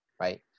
right